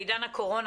בעידן הקורונה,